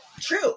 true